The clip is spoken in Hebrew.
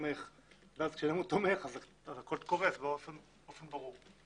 וכשאין עמוד תומך הכול קורס באופן ברור.